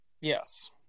Yes